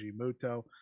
Muto